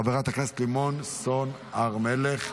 חבר הכנסת ואליד אלהואשלה,